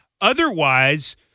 Otherwise